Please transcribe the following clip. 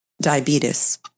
diabetes